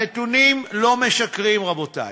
הנתונים לא משקרים, רבותי.